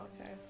okay